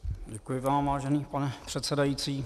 Děkuji vám, vážený pane předsedající.